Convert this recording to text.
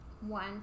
One